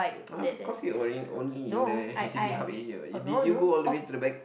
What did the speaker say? of course you only only in the H_D_B hub area did you go all the way to the back